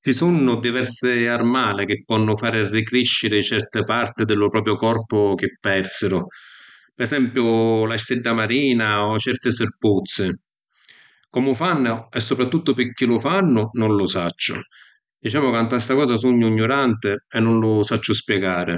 Ci sunnu diversi armali chi ponnu fari ricrisciri certi parti di lu propiu corpu chi persiru. Pi esempiu la stidda marina o certi sirpuzzi. Comu fannu e supratuttu pirchì lu fannu nun lu sacciu, dicemu ca nta sta cosa sugnu ‘gnuranti e nun lu sacciu spiegari.